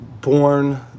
born